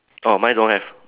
oh mine don't have